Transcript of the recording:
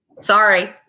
Sorry